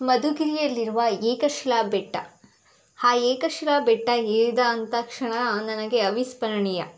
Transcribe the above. ಮಧುಗಿರಿಯಲ್ಲಿರುವ ಏಕಶಿಲಾ ಬೆಟ್ಟ ಆ ಏಕಶಿಲಾ ಬೆಟ್ಟ ಏರಿದಂಥ ಕ್ಷಣ ನನಗೆ ಅವಿಸ್ಮರಣೀಯ